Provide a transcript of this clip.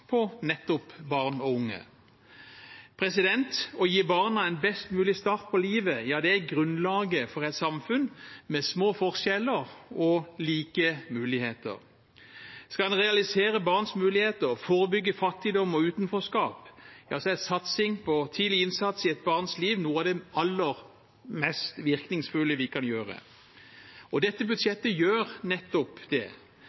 på nettopp barn og unge. Å gi barna en best mulig start på livet er grunnlaget for et samfunn med små forskjeller og like muligheter. Skal en realisere barns muligheter og forebygge fattigdom og utenforskap, er satsing på tidlig innsats i et barns liv noe av det aller mest virkningsfulle vi kan gjøre. Og dette budsjettet gjør nettopp det.